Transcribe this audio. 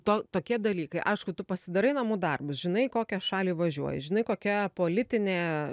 to tokie dalykai aišku tu pasidarai namų darbus žinai kokią šalį važiuoji žinai kokia politinė